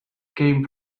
came